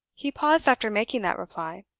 he paused after making that reply.